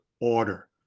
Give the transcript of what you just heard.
order